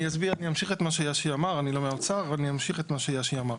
אני לא מנסה לשכנע.